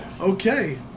Okay